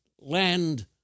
land